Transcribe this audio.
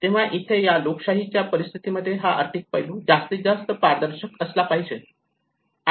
तेव्हा इथे या लोकशाहीच्या परिस्थितीमध्ये हा आर्थिक पैलू जास्तीत जास्त पारदर्शक असला पाहिजे